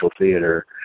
theater